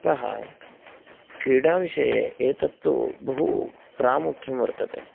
अतः क्रीडाविषये एतत्तु बहु प्रामुख्यं वर्तते